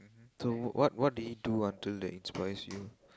so what what did he do until they inspires you